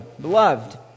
Beloved